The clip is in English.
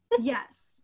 Yes